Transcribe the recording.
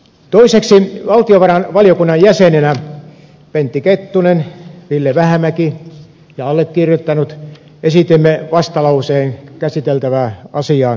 toiseksi valtiovarainvaliokunnan jäseninä pentti kettunen ville vähämäki ja allekirjoittanut esitimme vastalauseen käsiteltävän asian johdosta